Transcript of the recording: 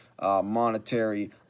monetary